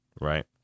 Right